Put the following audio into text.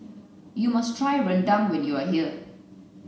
you must try rendang when you are here